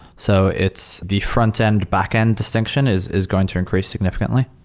so it's the frontend backend distinction is is going to increase significantly.